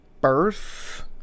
birth